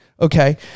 Okay